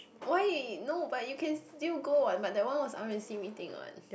why no but you can still go what but that one was r_s_c meeting [what]